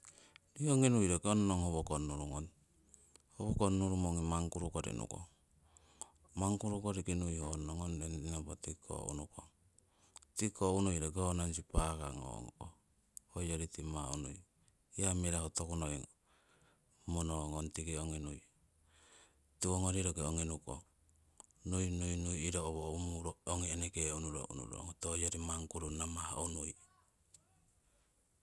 Nii ongi nui roki ong nong howo kongnuru ngong, howo kongnurumo ongi manguru kori nukong. Manguru koriki nui honno ngong rentinopo tikiko unukong, tikiko unui roki ho nong sipaka ngong kong hoyori timah unui. Hiya mirahu toku noi monongong tiki ongi nui, tiwongori roki ongi nukong, nui nui nui iro owo umuro eneke ongi unuro unurong hoyori manguru namah unui